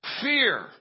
fear